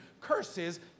curses